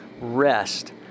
rest